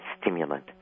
stimulant